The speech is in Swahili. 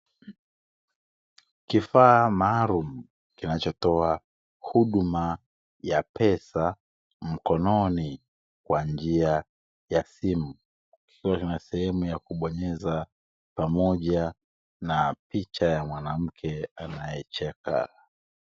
Kifaa maalumu kinachotoa huduma ya pesa mkononi kwa njia ya simu, kikiwa na sehemu ya kubonyeza pamoja na picha ya mwanamke anayecheka.